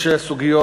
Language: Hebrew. יש סוגיות,